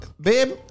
Babe